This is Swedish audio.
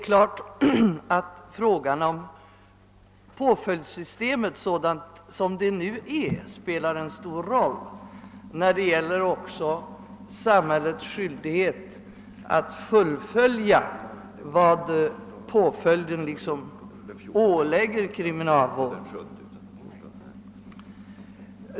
Men påföljdssystemet .sådant. det nu är spelar en stor roll" när det gäller samhällets skyldig Het att fullfölja vad påföljden ålägger kriminalvården.